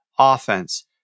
Offense